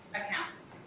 accounts.